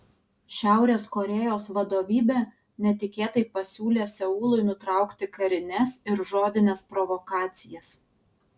šiaurės korėjos vadovybė netikėtai pasiūlė seului nutraukti karines ir žodines provokacijas